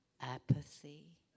Apathy